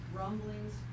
rumblings